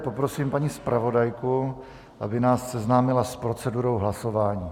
Poprosím tedy paní zpravodajku, aby nás seznámila s procedurou hlasování.